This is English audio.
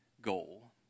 goal